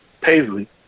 Paisley